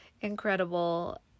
incredible